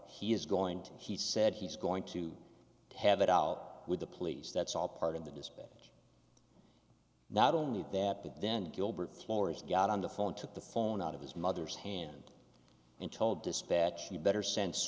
he is going to he said he's going to have it out with the police that's all part of the dispatch not only that but then gilbert throwers got on the phone took the phone out of his mother's hand and told dispatch you better sen